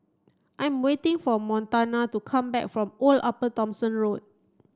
I am waiting for Montana to come back from Old Upper Thomson Road